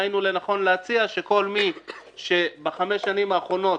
ראינו לנכון להציע שכל מי שבחמש שנים האחרונות